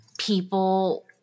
People